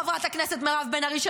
חברת הכנסת מירב בן ארי,